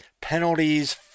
penalties